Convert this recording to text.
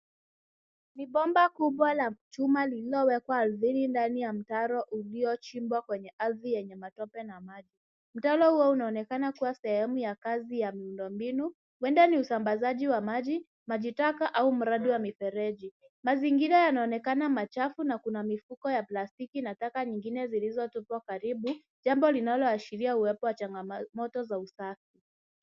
Ni bomba kubwa la chuma lililo wekwa ardhini ndani ya mtaro ulio chimbwa kwenye ardhi yenye matope na maji. Mtaro huo una onekana kuwa sehemu ya kazi ya miundo mbinu, huenda ni usambazaji wa maji au mradi wa mifereji. Mazingira yanaonekana ni machafu na mifuko ya plastiki na taka zingine zilizo tupwa karibu, jambo linalo ashiria uwepo wa changamoto wa usafi.